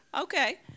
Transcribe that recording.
Okay